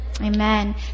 Amen